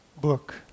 book